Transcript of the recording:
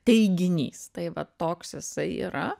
teiginys tai vat toks jisai yra